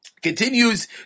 Continues